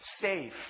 safe